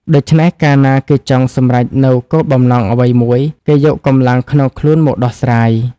ដូច្នេះ កាលណាគេចង់សម្រេចនូវគោលបំណងអ្វីមួយ គេយកកម្លាំងក្នុងខ្លួនមកដោះស្រាយ ។